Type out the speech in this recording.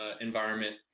environment